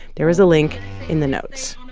there is a link in the notes.